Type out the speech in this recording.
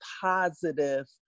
positive